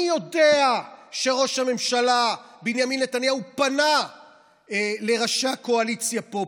אני יודע שראש הממשלה בנימין נתניהו פנה לראשי הקואליציה פה,